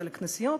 על הכנסיות,